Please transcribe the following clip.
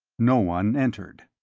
no one entered.